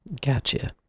Gotcha